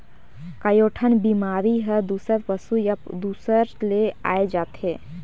कयोठन बेमारी हर दूसर पसु या दूसर ले आये जाथे